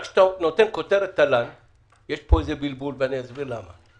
כשאתה נותן את הכותרת של תל"ן יש בלבול ואני אסביר למה.